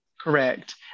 Correct